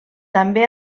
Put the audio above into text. també